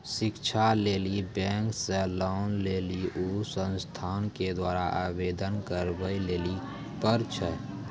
शिक्षा लेली बैंक से लोन लेली उ संस्थान के द्वारा आवेदन करबाबै लेली पर छै?